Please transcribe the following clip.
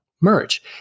merch